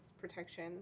protection